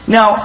Now